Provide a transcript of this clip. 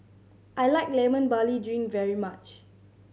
I like Lemon Barley Drink very much